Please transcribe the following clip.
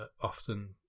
often